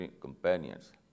companions